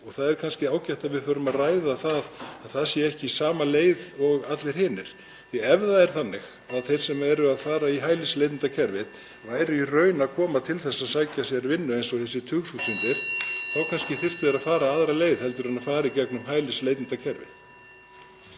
og það er kannski ágætt að við förum að ræða það að það sé ekki sama leið og allar hinar. (Forseti hringir.) Ef það er þannig að þeir sem fara í hælisleitendakerfið væru í raun að koma til þess að sækja sér vinnu eins og þessar tugþúsundir þá kannski þyrftu þeir að fara aðra leið heldur en í gegnum hælisleitendakerfið.